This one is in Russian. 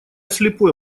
слепой